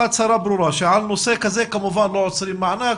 הצהרה ברורה שעל נושא כזה כמובן לא עוצרים מענק,